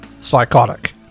psychotic